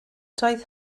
doedd